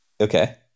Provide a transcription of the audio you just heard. Okay